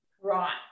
Right